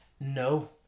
No